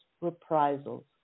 reprisals